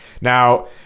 Now